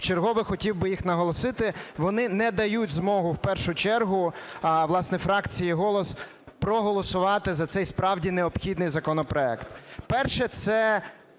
чергове хотів би їх наголосити. Вони не дають змогу в першу чергу, власне, фракції "Голос" проголосувати за цей справді необхідний законопроект. Перше – це